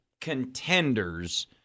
contenders